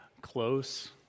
close